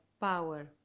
power